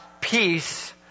peace